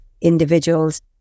individuals